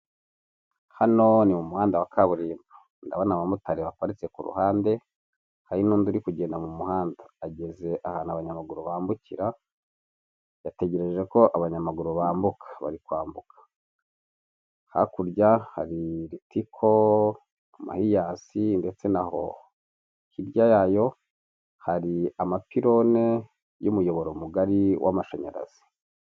Hano ni mu muhanda wa kaburimbo, ndabona abamotari baparitse ku ruhande, hari n'undi uri kugenda mu muhanda, ageze ahantu abanyamaguru bambukira, yategereje ko abanyamaguru bambuka, bari kwambuka. Hakurya hari ritiko, mahiyasi ndetse na hoho. Hirya yayo, hari amapirone y'umuyoboro mugari w'amashanyarazi.